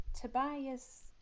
Tobias